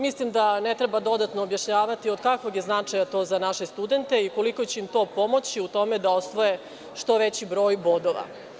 Mislim da ne treba dodatno objašnjavati od kakvog je značaja to za naše studente i koliko će im to pomoći u tome da osvoje što veći broj bodova.